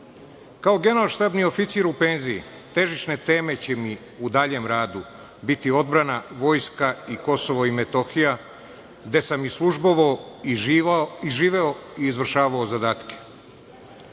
dan. Kao generalštabni oficir u penziji, težišne teme će mi u daljem radu biti odbrana, vojska i KiM, gde sam i službovao i živeo i izvršavao zadatke. Nisam